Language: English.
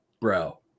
bro